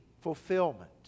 fulfillment